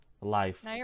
life